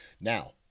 Now